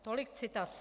Tolik citace.